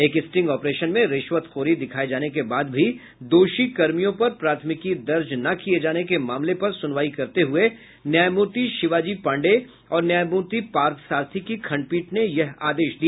एक sting operation में रिश्वतखोरी दिखाये जाने के बाद भी दोषी कर्मियों पर प्राथमिकी दर्ज न किये जाने के मामले पर सुनवाई करते हये न्यायमूर्ति शिवाजी पांडेय और न्यायमूर्ति पार्थसारथी की खंडपीठ ने यह आदेश दिया